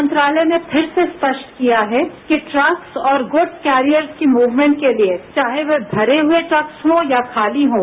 गृह मंत्रालय ने फिर से स्पष्ट किया है कि ट्रक्स और गुड्स कैरियर्स के मूवमेंट के लिए चाहे वे भरे हुये ट्रक्स हों या खाली हों